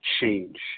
change